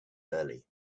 early